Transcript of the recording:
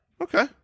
Okay